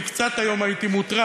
אני היום הייתי קצת מוטרד,